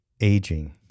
aging